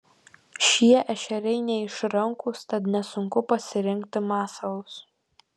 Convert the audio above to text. šie ešeriai neišrankūs tad nesunku pasirinkti masalus